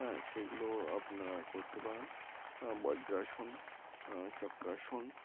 হ্যাঁ সেগুলো আপনারা করতে পারেন বজ্রাসন চক্রাসন